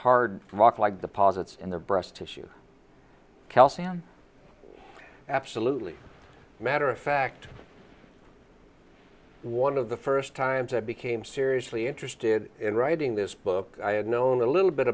hard rock like deposits in their breast tissue absolutely matter of fact one of the first times i became seriously interested in writing this book i had known a little bit